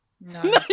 no